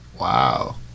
wow